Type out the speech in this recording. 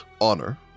honor